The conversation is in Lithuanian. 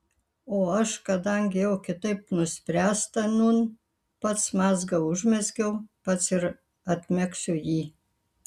o aš kadangi jau kitaip nuspręsta nūn pats mazgą užmezgiau pats ir atmegsiu jį